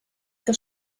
que